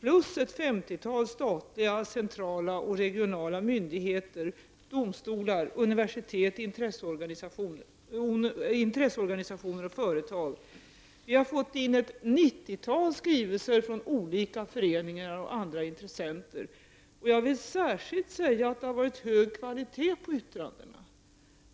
plus ett femtiotal statliga centrala och regionala myndigheter samt domstolar, universitet, intresseorganisationer och företag svarat inom den angivna remisstiden. Vi har fått in ett nittiotal skrivelser från olika föreningar och andra intressenter. Och jag vill särskilt säga att det har varit hög kvalitet på yttrandena.